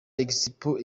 expo